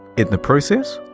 in the process,